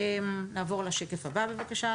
נעבור לשקף הבא, בבקשה.